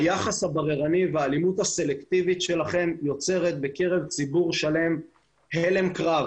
היחס הבררני והאלימות הסלקטיבית שלכם יוצרת בקרב ציבור שלם הלם קרב